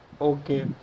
Okay